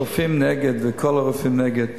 שהרופאים נגד וכל הרופאים נגד,